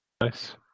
Nice